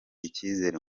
icyizere